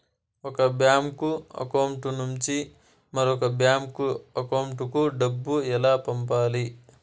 ఒక bank account నుంచి మరొక బ్యాంకు అకౌంట్ కు డబ్బు ఎలా పంపాలి